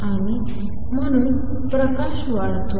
आणि म्हणून प्रकाश वाढतो